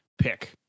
pick